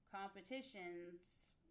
competitions